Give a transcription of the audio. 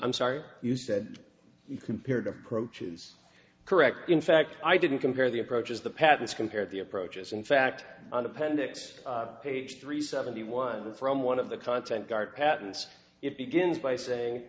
i'm sorry you said you compared approach is correct in fact i didn't compare the approaches the patents compare the approaches in fact on appendix page three seventy one from one of the content gart patent it begins by saying